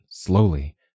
Slowly